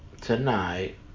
tonight